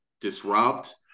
disrupt